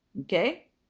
Okay